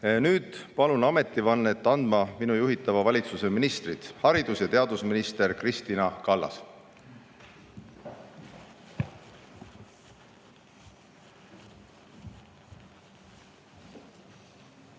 palun ametivannet andma minu juhitava valitsuse ministrid. Haridus- ja teadusminister Kristina Kallas.